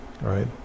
right